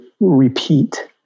repeat